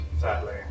sadly